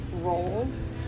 roles